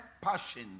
passion